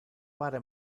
pare